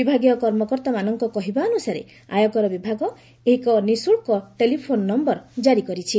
ବିଭାଗୀୟ କର୍ମକର୍ତ୍ତମାନଙ୍କ କହିବା ଅନୁସାରେ ଆୟକର ବିଭାଗ ଏକ ନିଃଶୁଳ୍କ ଟେଲିଫୋନ୍ ନମ୍ଘର କାରି କରିଛି